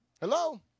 Hello